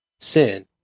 sin